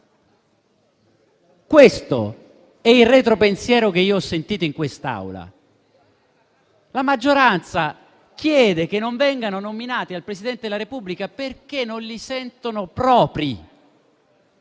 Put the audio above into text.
Questo è il retro pensiero che io ho sentito in quest'Aula. La maggioranza chiede che non vengano nominati dal Presidente della Repubblica perché non li sentono propri.